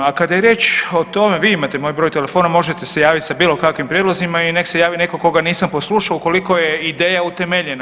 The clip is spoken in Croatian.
A kada je riječ o tome vi imate moj broj telefona možete se javiti sa bilo kakvim prijedlozima i nek se javi neko koga nisam poslušao ukoliko je ideja utemeljena.